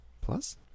Plus